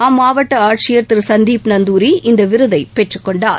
அம்மாவட்ட ஆட்சியர் திரு சந்தீப் நந்தூரி இந்த விருதை பெற்றுக்கொண்டார்